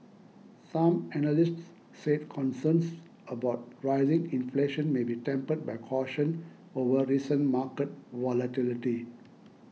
some analysts said concerns about rising inflation may be tempered by caution over recent market volatility